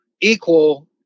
equal